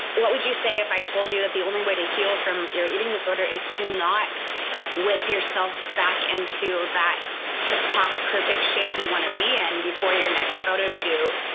what would you say if i told you that the only way to heal from your eating disorder is to not whip yourself back into that tiptop, perfect shape you want to be in before your next photo shoot?